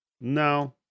No